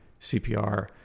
CPR